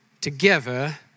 together